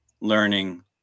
learning